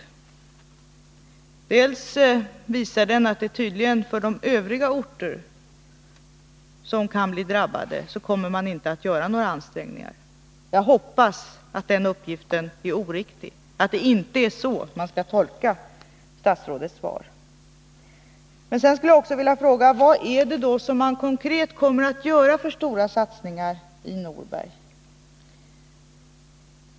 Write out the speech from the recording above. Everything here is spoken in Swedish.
Dels visar den att man för övriga orter som kan bli drabbade tydligen inte kommer att göra några ansträngningar. Jag hoppas att den uppgiften är oriktig, att det inte är så vi skall tolka statsrådets svar. Dels föranleder den följande fråga: Vad är det för stora satsningar som ASEA konkret kommer att göra i Norberg?